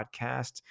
podcast